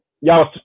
y'all